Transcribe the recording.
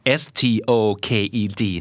stoked